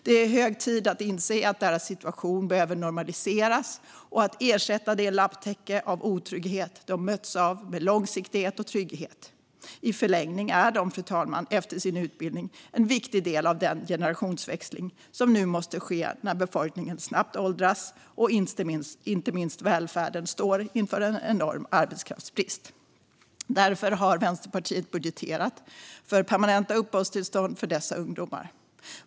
Det är hög tid att inse att deras situation behöver normaliseras och att ersätta det lapptäcke av otrygghet de mötts av med långsiktighet och trygghet. I förlängningen är de, fru talman, efter sin utbildning en viktig del av den generationsväxling som nu måste ske när befolkningen snabbt åldras och inte minst välfärden står inför en enorm arbetskraftsbrist. Därför har Vänsterpartiet budgeterat för permanenta uppehållstillstånd för dessa ungdomar.